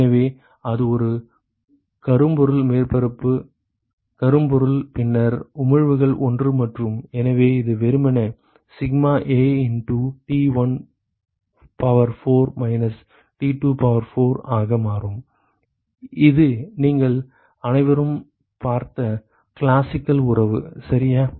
எனவே அது ஒரு கரும்பொருள் மேற்பரப்பு கரும்பொருள் பின்னர் உமிழ்வுகள் 1 மற்றும் எனவே இது வெறுமனே sigma A into T1 power 4 minus T2 power 4 ஆக மாறும் இது நீங்கள் அனைவரும் பார்த்த கிளாசிக்கல் உறவு சரியா